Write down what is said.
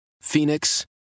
Phoenix